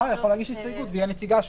השר יכול להגיש הסתייגות באמצעות הנציגה שלו.